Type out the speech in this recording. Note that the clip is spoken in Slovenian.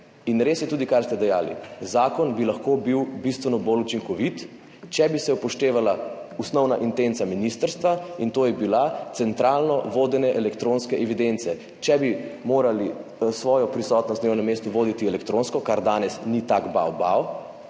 Res je tudi, kar ste dejali, zakon bi lahko bil bistveno bolj učinkovit, če bi se upoštevala osnovna intenca ministrstva, in to je bilo centralno vodenje elektronske evidence. Če bi morali svojo prisotnost na delovnem mestu voditi elektronsko, kar danes ni tak bavbav,